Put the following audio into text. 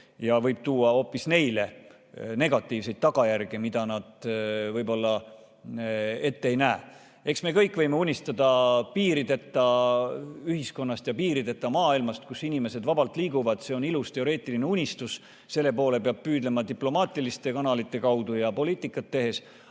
ja võib tuua hoopis neile negatiivseid tagajärgi, mida nad võib-olla ette ei näe. Eks me kõik võime unistada piirideta ühiskonnast ja piirideta maailmast, kus inimesed vabalt liiguvad – see on ilus teoreetiline unistus. Selle poole peab püüdlema diplomaatiliste kanalite kaudu ja poliitikat tehes,